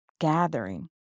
gathering